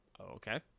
Okay